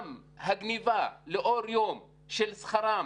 גם הגניבה לאור יום של שכרם